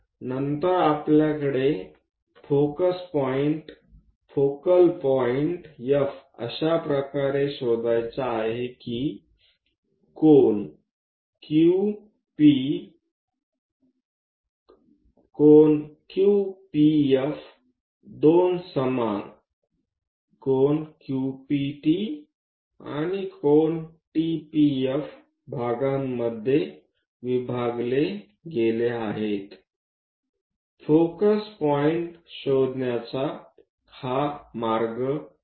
नंतर आपल्याकडे focus point focal point F अशा प्रकारे शोधायचा आहे की ∠QP ∠QPF दोन समान ∠QPT आणि ∠TPF भागांमध्ये विभागले गेले आहेत फोकस पॉईंट शोधण्याचा हा मार्ग आहे